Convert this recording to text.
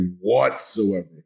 whatsoever